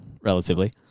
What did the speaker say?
relatively